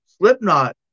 Slipknot